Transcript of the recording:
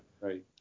right